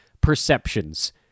perceptions